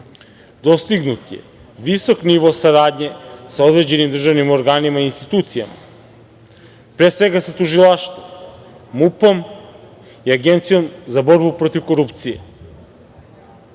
dostignut je visok nivo saradnje sa određenim državnim organima i institucijama, pre svega, sa tužilaštvom, MUP i Agencijom za borbu protiv korupcije,